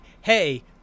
Hey